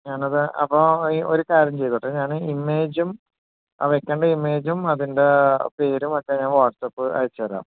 ഞാൻ അത് അപ്പം ഒരു ഒരു കാര്യം ചെയ്തോട്ടെ ഞാൻ ഇമേജും അ വയ്ക്കേണ്ട ഇമേജും അതിൻ്റെ പേരും ഒക്കെ ഞാൻ വാട്സപ്പ് അയച്ചു തരാം